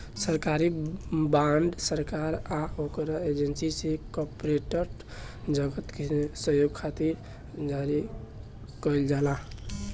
सरकारी बॉन्ड सरकार आ ओकरा एजेंसी से कॉरपोरेट जगत के सहयोग खातिर जारी कईल जाला